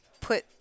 put –